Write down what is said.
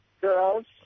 girls